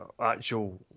actual